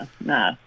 No